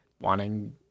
wanting